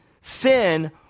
sin